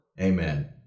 Amen